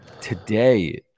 Today